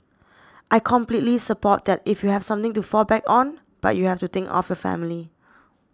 I completely support that if you have something to fall back on but you have to think of your family